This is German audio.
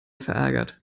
verärgert